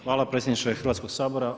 Hvala predsjedniče Hrvatskog sabora.